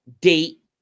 date